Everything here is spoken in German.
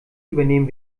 übernehmen